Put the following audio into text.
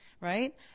Right